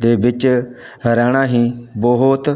ਦੇ ਵਿੱਚ ਰਹਿਣਾ ਹੀ ਬਹੁਤ